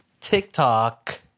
TikTok